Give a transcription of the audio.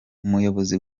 umuyobozi